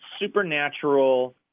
supernatural